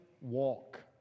walk